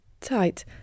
tight